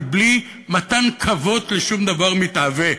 בלי מתן כבוד לשום דבר מתהווה.